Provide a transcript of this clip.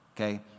Okay